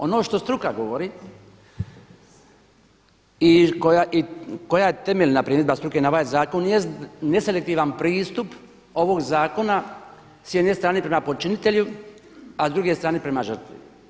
Ono što struka govori i koja je temeljna primjedba struke na ovaj zakon jest neselektivan pristup ovog zakona s jedne strane prema počinitelju, a s druge strane prema žrtvi.